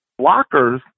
blockers